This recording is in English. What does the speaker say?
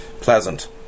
Pleasant